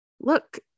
look